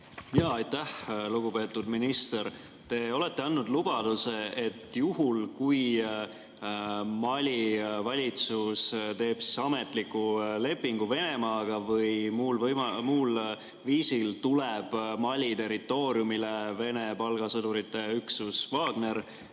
palun! Aitäh! Lugupeetud minister, te olete andnud lubaduse, et kui Mali valitsus teeb ametliku lepingu Venemaaga või muul viisil tuleb Mali territooriumile Vene palgasõdurite üksus Wagner,